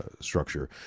structure